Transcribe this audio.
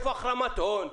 איפה החרמת הון?